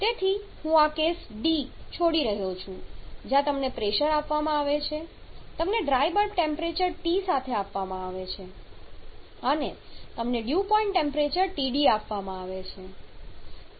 તેથી હું આ કેસ છોડી રહ્યો છું જ્યાં તમને પ્રેશર આપવામાં આવે છે તમને ડ્રાય બલ્બ ટેમ્પરેચર T સાથે આપવામાં આવે છે અને તમને ડ્યૂ પોઇન્ટ ટેમ્પરેચર TD સાથે આપવામાં આવે છે